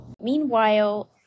Meanwhile